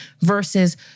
versus